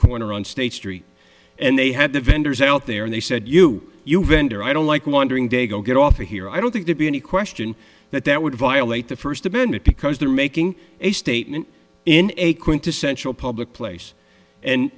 corner on state street and they had the vendors out there and they said you your vendor i don't like wandering day go get off of here i don't think there'd be any question that that would violate the first amendment because they're making a statement in a quintessential public place